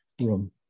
room